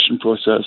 process